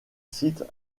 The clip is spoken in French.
sites